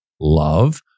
love